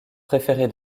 préféré